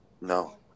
No